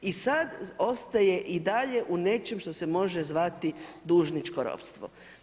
I sada ostaje i dalje u nečem što se može zvati dužničko ropstvo.